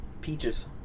peaches